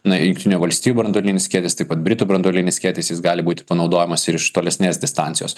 na jungtinių valstijų branduolinis skėtis taip pat britų branduolinis skėtis jis gali būti panaudojamas ir iš tolesnės distancijos